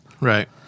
Right